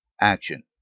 action